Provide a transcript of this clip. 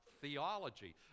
theology